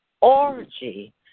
orgy